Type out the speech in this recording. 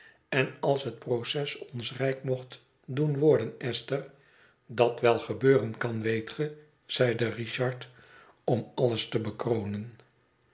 en als het proces ons rijk mocht doen worden esther dat wel gebeuren kan weet ge zeide richard om alles te bekronen